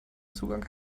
zugang